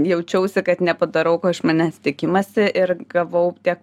jaučiausi kad nepadarau ko iš manęs tikimasi ir gavau tiek